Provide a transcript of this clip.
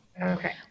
Okay